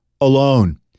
alone